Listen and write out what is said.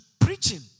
preaching